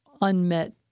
unmet